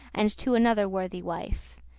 and to another worthy wife,